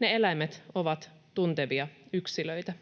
Ne eläimet ovat tuntevia yksilöitä.